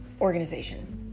organization